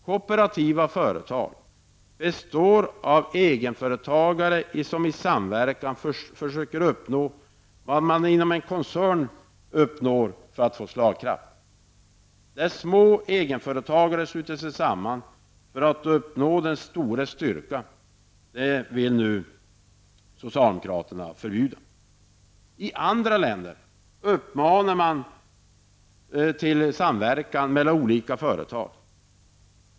Kooperativa företag består av egenföretagare som i samverkan försöker uppnå vad man inom en koncern vill uppnå för att få slagkraft. När små egenföretagare sluter sig samman för att uppnå den stores styrka vill socialdemokraterna förbjuda det. I andra länder uppmanar man till samverkan mellan olika företag.